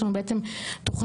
יש לנו בעצם תוכנית